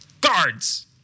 Guards